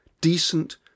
Decent